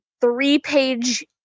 three-page